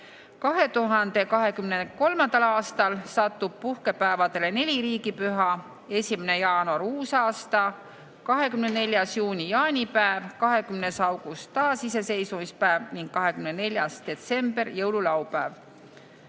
2023. aastal satub puhkepäevadele neli riigipüha: 1. jaanuar – uusaasta, 24. juuni – jaanipäev, 20. august – taasiseseisvumispäev ning 24. detsember – jõululaupäev.